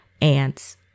Ants